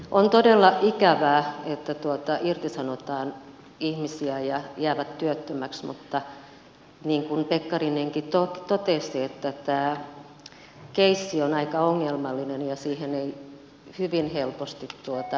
on todella ikävää että irtisanotaan ihmisiä ja he jäävät työttömäksi mutta niin kuin pekkarinenkin totesi tämä keissi on aika ongelmallinen ja siihen ei hyvin helposti ratkaisua löydä